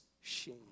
shame